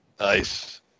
Nice